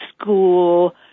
school